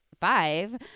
five